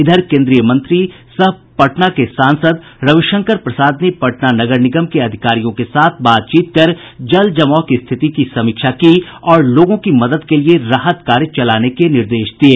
इधर केंद्रीय मंत्री सह स्थानीय सांसद रविशंकर प्रसाद ने पटना नगर निगम के अधिकारियों के साथ बातचीत कर जलजमाव की स्थिति की समीक्षा की और लोगों की मदद के लिये राहत कार्य चलाने के निर्देश दिये